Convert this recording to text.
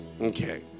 Okay